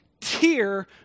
tear